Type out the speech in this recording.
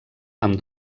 amb